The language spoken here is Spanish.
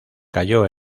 cayó